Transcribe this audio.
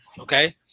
Okay